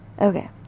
Okay